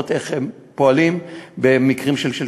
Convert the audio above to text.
לראות איך הם פועלים במקרים של שרפות.